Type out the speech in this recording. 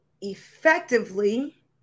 effectively